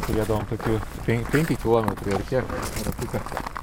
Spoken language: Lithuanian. turėdavom tokį pen penki kilometrai ar kiek ratuką